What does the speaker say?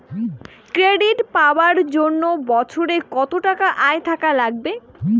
Credit পাবার জন্যে বছরে কত টাকা আয় থাকা লাগবে?